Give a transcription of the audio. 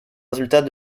résultats